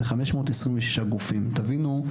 תבינו,